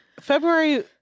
February